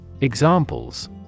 Examples